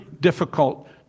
difficult